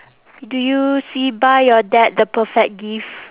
do you see buy your dad the perfect gift